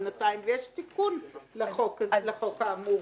ויש תיקון לחוק האמור